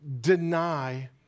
Deny